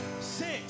Six